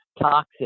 toxic